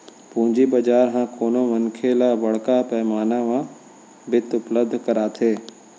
पूंजी बजार ह कोनो मनखे ल बड़का पैमाना म बित्त उपलब्ध कराथे